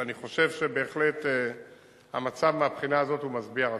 ואני חושב שבהחלט המצב מהבחינה הזאת הוא משביע רצון.